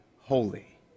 holy